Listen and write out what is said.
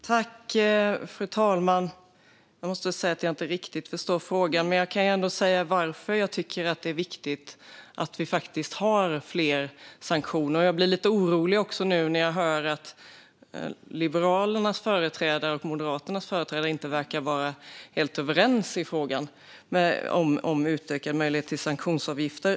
Fru talman! Jag måste säga att jag inte riktigt förstår frågan. Men jag kan ändå säga varför jag tycker att det är viktigt att vi har fler sanktioner. Jag blir lite orolig när jag hör att Liberalernas och Moderaternas företrädare inte verkar vara helt överens i frågan om utökade möjligheter till sanktionsavgifter.